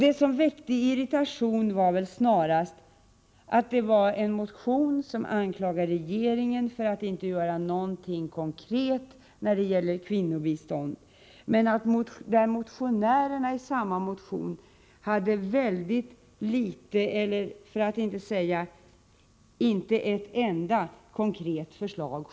Det som väckte irritation var väl snarast att detta var en motion som anklagade regeringen för att inte göra någonting konkret när det gäller kvinnobiståndet. Motionärerna hade emellertid själva väldigt få konkreta förslag, för att inte säga inget enda.